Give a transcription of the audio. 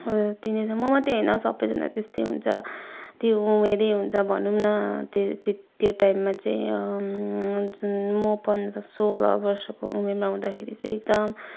tin एजमा म मात्रै होइन सबैजना त्यस्तै हुन्छ त्यो उमेरै हुन्छ भनौँ न त्यो टाइममा चाहिँ म पन्ध्र सोह्र वर्षको उमेरमा हुँदाखेरि चाहिँ एकदम